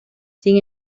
sin